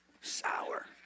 Sour